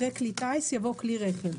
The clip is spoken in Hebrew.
אחרי "כלי טיס" יבוא "כלי רכב".